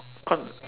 cau~